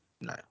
No